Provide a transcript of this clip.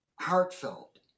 heartfelt